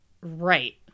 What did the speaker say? right